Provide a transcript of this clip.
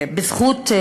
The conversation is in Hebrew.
"בזכות".